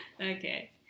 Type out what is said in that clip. Okay